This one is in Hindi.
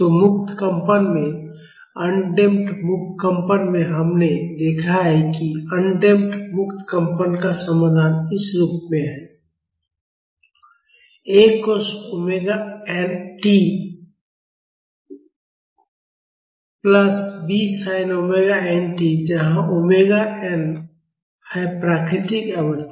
तो मुक्त कंपन में अनडम्प्ड मुक्त कंपन में हमने देखा है कि अनडम्प्ड मुक्त कंपन का समाधान इस रूप में है A cos omega n tAcosωn जमा B sin omega n tBsinωn जहां ओमेगा nωn है प्राकृतिक आवृत्ति